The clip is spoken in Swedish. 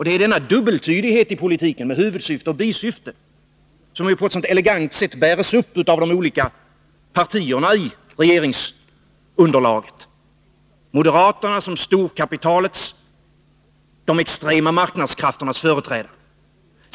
Det är denna dubbeltydlighet i politiken med huvudsyfte och bisyfte som på ett så elegant sätt bärs upp av de olika partierna i regeringsunderlaget. Moderaterna är storkapitalets, de extrema marknadskrafternas företrädare.